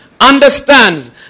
understands